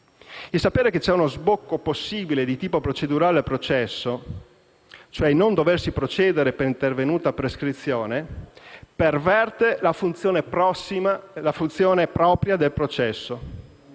«Il sapere che c'è uno sbocco possibile di tipo procedurale al processo, cioè il non doversi procedere per intervenuta prescrizione, perverte la funzione propria del processo».